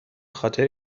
خاطر